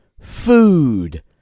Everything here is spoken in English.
food